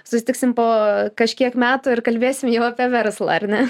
susitiksim po kažkiek metų ir kalbėsim jau apie verslą ar ne